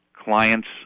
Clients